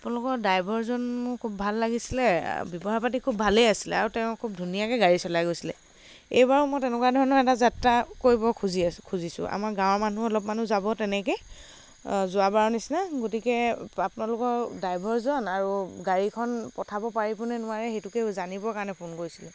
আপোনালোকৰ ড্ৰাইভাৰজন মোৰ খুব ভাল লাগিছিলে ব্যৱহাৰপাতি খুব ভালেই আছিলে আৰু তেওঁ খুব ধুনীয়াকে গাড়ী চলাই গৈছিলে এইবাৰো মই তেনেকুৱা ধৰণৰ এটা যাত্ৰা কৰিব খুজি আছোঁ খুজিছোঁ আমাৰ গাঁৱৰ মানুহ অলপমানো যাব তেনেকে যোৱাবাৰৰ নিছিনা গতিকে আপোনালোকৰ ড্ৰাইভৰজন আৰু গাড়ীখন পঠাব পাৰিব নে নোৱাৰে সেইটোকে জানিবৰ কাৰণে ফোন কৰিছিলোঁ